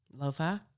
lo-fi